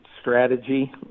strategy